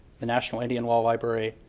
the national indian law library,